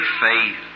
faith